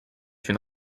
une